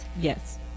yes